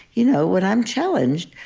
you know, when i'm challenged,